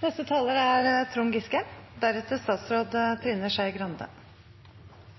Ord og fine vendinger er